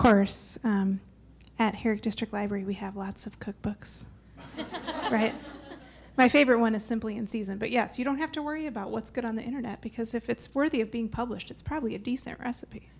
course at her district library we have lots of cookbooks right my favorite one is simply in season but yes you don't have to worry about what's good on the internet because if it's worthy of being published it's probably a decent recipe